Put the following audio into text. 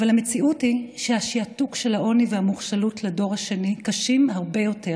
אבל המציאות היא שהשעתוק של העוני והנחשלות לדור השני קשים הרבה יותר,